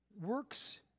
works